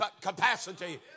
capacity